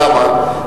למה?